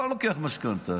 הוא לא לוקח משכנתה,